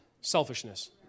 Selfishness